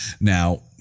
now